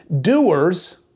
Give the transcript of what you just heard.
Doers